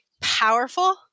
powerful